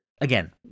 again